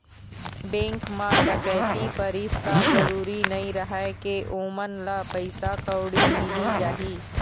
bank म डकैती परिस त जरूरी नइ रहय के ओमन ल पइसा कउड़ी मिली जाही